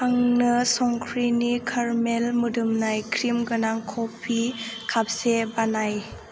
आंनो संख्रिनि कार्मेल मोदोमनाय क्रिमगोनां कफि कापसे बानाय